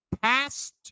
past